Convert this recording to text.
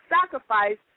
sacrifice